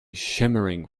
shimmering